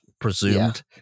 presumed